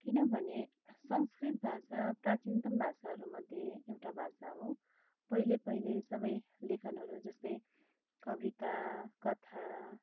किनभने संस्कृत भाषा प्राचीनतम भाषाहरूमध्ये एउटा भाषा हो पहिले पहिले सबै लेखनहरू जस्तै कविता कथा